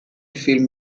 film